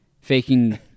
faking